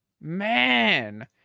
man